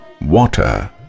water